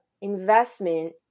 investment